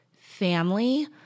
family